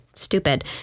Stupid